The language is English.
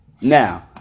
Now